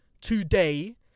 today